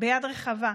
ביד רחבה,